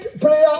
prayer